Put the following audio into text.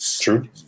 True